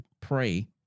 pray